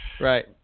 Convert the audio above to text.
Right